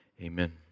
amen